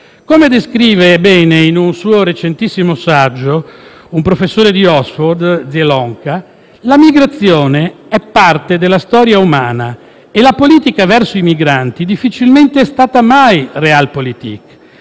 Come descrive bene in un suo recentissimo saggio un professore di Oxford, Zielonka, la migrazione è parte della storia umana e la politica verso i migranti difficilmente è stata mai *Realpolitik*;